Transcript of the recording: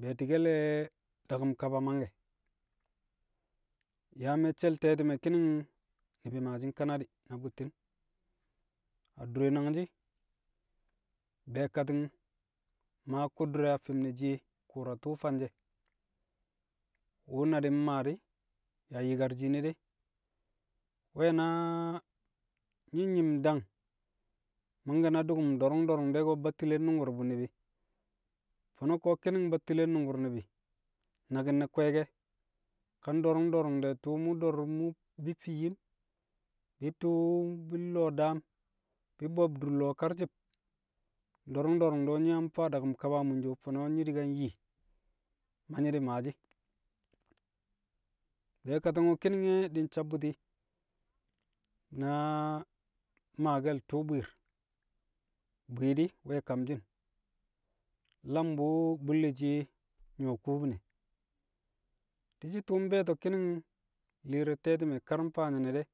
be̱lle̱ daku̱m kaba mangke̱ yaa me̱cce̱l te̱ti̱me̱ ki̱ni̱ng ni̱bi̱ maashi̱ nkanadi̱ na bu̱tti̱n. Adure nangshi̱ be̱e̱kati̱ng maa ku̱ddu̱re̱ a fi̱m ne̱ shiye ku̱u̱ra tu̱u̱ fanje̱ wu̱ na di̱ mmaa di̱ yaa yi̱kar shiine de. We̱ na- nyi̱ nyi̱m dang mangkẹ na du̱ku̱m do̱ru̱ng do̱ru̱ng de̱ ko̱, battile nnu̱ngku̱r bu̱ ni̱bi̱, fo̱no̱ ko̱ ki̱ni̱ng battile nnu̱ngku̱r ni̱bi̱ naki̱n ne̱ kwe̱e̱ke̱ o̱, kaa do̱ru̱ng do̱ru̱ng de̱ tu̱u̱ mu̱ do̱ru̱ng bi̱ fii yim bi̱ tu̱u̱- bi̱ lo̱o̱ daam, bi̱ bo̱b dur lo̱o̱ karci̱b. do̱ru̱ng do̱ru̱ng do̱ nyi̱ yang faa daku̱m kaba a munjo fo̱no̱ nyi̱ di̱ ka nyi, ma nyi̱ di̱ maashi̱, be̱e̱kati̱ng wu̱ ki̱ni̱ng e̱ di̱ nsabbu̱ti̱ na maakel tu̱u̱ bwi̱i̱r, bwi̱i̱di̱ we̱ kamshi̱n, nlam bu̱ bu̱lle̱ shiye nyu̱wo̱ kubine. Di̱shi̱ tu̱u̱ mbe̱e̱to̱ ki̱ni̱ng li̱i̱r re̱ te̱ti̱me̱ kar mfaa nyi̱ne̱ de̱.